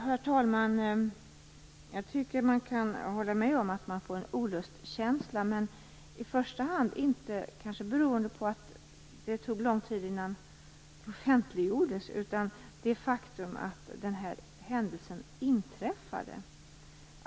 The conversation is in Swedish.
Herr talman! Jag kan hålla med om att man får en olustkänsla, i första hand inte beroende på att det tog lång tid innan händelsen offentliggjordes utan mer beroende på det faktum att den inträffade.